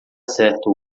certo